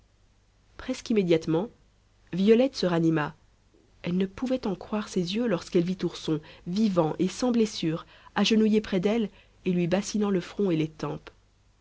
presque immédiatement violette se ranima elle ne pouvait en croire ses yeux lorsqu'elle vit ourson vivant et sans blessure agenouillé près d'elle et lui bassinant le front et les tempes